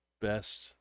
best